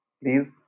please